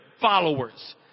followers